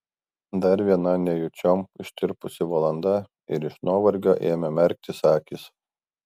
dar viena nejučiom ištirpusi valanda iš nuovargio ėmė merktis akys